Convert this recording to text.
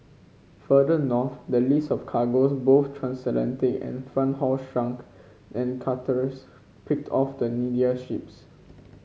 further north the list of cargoes both transatlantic and front haul shrunk and picked off the needier ships